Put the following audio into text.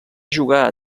jugar